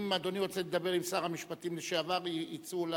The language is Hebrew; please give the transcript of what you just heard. אם אדוני רוצה לדבר עם שר המשפטים לשעבר, צאו.